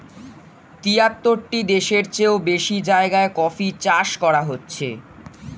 তিয়াত্তরটি দেশের চেও বেশি জায়গায় কফি চাষ করা হচ্ছে